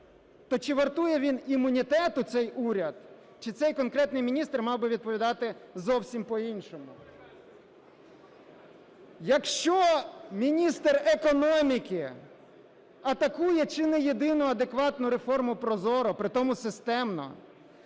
то чи вартує він імунітету, цей уряд, чи цей конкретний міністр мав би відповідати зовсім по-іншому? Якщо міністр економіки атакує чи не єдину адекватну реформу ProZorro, при тому системно,